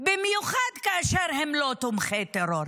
במיוחד כאשר הם לא תומכי טרור,